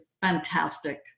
fantastic